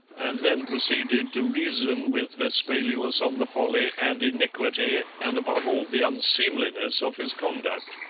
and then proceeded to reason with vespaluus on the folly and iniquity and above all the unseemliness of his conduct.